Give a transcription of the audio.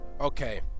okay